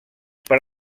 per